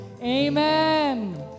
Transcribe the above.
Amen